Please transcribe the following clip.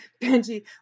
Benji